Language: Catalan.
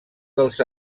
dels